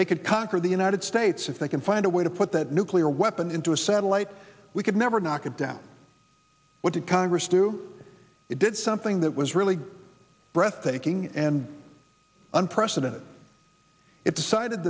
they could conquer the united states if they can find a way to put that nuclear weapon into a satellite we could never knock it down what did congress do it did something that was really breathtaking and unprecedented it decided